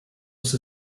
was